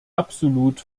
absolut